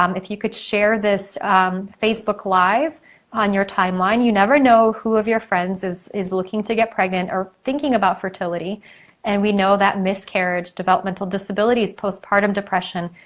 um if you could share this facebook live on your timeline, you never know who of your friends is is looking to get pregnant or thinking about fertility and we know that miscarriage, developmental disabilities, post-partum depression,